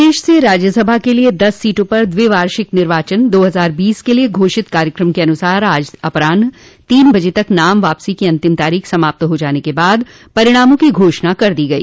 प्रदेश से राज्यसभा के लिये दस सीटो पर द्विवार्षिक निर्वाचन दो हजार बीस के लिये घोषित कार्यक्रम के अनुसार आज अपरान्ह तीन बजे तक नाम वापसी की अंतिम तारीख समाप्त हो जाने के बाद परिणामों की घोषणा कर दी गई